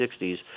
1960s